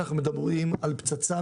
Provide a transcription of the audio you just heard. לצערנו אנחנו בונים שני מעמדות,